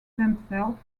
themselves